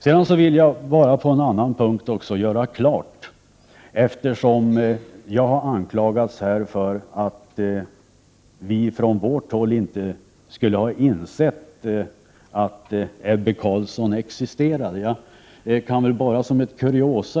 Sedan vill jag även på en annan punkt göra ett klarläggande, eftersom vi har anklagats här för att vi från vårt håll inte skulle ha insett att Ebbe Carlsson existerade.